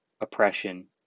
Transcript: oppression